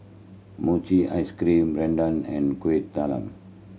mochi ice cream rendang and Kueh Talam